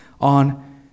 on